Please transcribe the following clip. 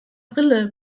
brille